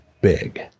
big